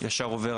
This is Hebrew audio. המידע ישר עובר.